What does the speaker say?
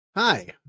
Hi